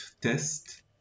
test